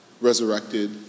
resurrected